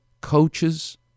coaches